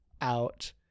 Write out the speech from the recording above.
out